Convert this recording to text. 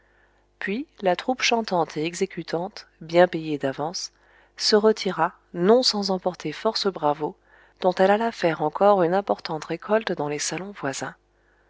puis la troupe chantante et exécutante bien payée d'avance se retira non sans emporter force bravos dont elle alla faire encore une importante récolte dans les salons voisins